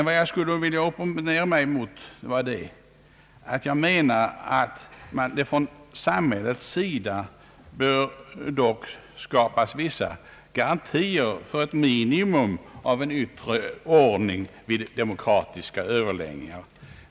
Vad jag vill understryka är dock att man från samhällets sida bör skapa vissa garantier för ett minimum av en yttre ordning vid demokratiska överläggningar.